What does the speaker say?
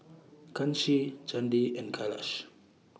Kanshi Chandi and Kailash